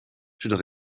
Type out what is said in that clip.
zodat